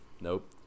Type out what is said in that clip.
Nope